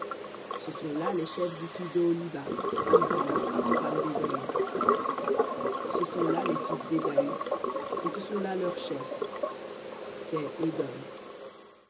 ce sont là les chefs d'oholibama fille d'ana femme désaü ce sont là les fils d'ésaü et ce sont là leurs chefs c'est édom